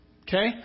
Okay